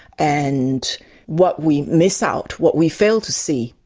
and what we miss out, what we fail to see,